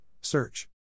Search